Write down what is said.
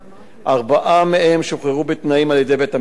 ארבעה מהם שוחררו בתנאים על-ידי בית-המשפט,